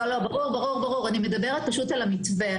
ברור, אני מדברת על המתווה.